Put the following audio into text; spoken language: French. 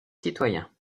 citoyens